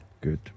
Good